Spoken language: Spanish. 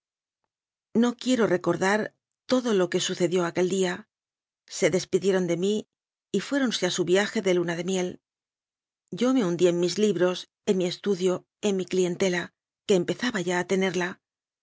no quiero recordar todo lo que sucedió aquel día se despidieron de mí y fuéronse a su viaje de luna de miel yo me hundí en mis libros en mi estudio en mi clientela que empezaba ya a tenerlq